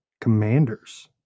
Commanders